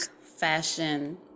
fashion